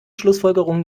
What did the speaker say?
schlussfolgerung